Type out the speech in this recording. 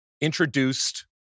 introduced